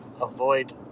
avoid